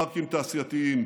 פארקים תעשייתיים,